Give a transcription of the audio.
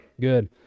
Good